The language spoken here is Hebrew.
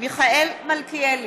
מיכאל מלכיאלי,